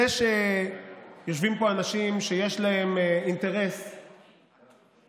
זה שיושבים פה אנשים שיש להם אינטרס לגנוב,